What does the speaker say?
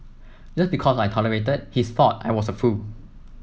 just because I tolerated he thought I was a fool